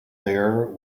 there